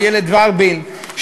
איילת ורבין,